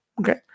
Okay